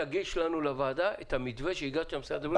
תגיש לנו לוועדה את המתווה שהגשת למשרד הבריאות